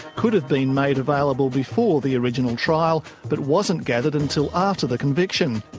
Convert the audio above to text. could have been made available before the original trial, but wasn't gathered until after the conviction.